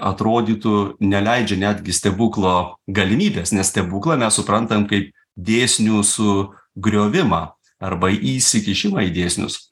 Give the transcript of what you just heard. atrodytų neleidžia netgi stebuklo galimybės nes stebuklą mes suprantam kaip dėsnių sugriovimą arba įsikišimą į dėsnius